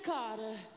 Carter